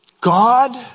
God